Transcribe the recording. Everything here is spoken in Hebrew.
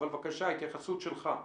אבל, בבקשה, התייחסות שלך.